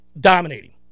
dominating